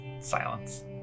Silence